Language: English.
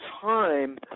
time